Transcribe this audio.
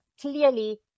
clearly